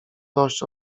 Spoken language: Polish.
dość